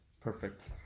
Perfect